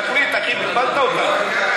תחליט, אחי, בלבלת אותי.